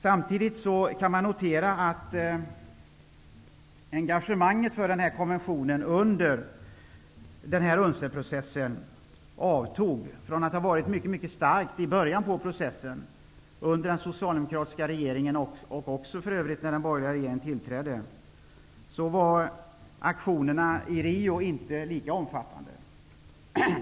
Samtidigt går det att notera att engagemanget för denna konvention avtog under UNCED-processen från att ha varit mycket stark i början av processen under den socialdemokratiska regeringen och också för övrigt när den borgerliga regeringen tillträdde. Aktionerna i Rio var inte lika omfattande.